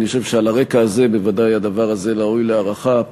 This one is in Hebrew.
אני חושב שעל הרקע הזה בוודאי הדבר הזה ראוי להערכה.